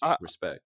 respect